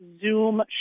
Zoom